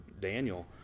daniel